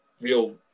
real